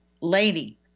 lady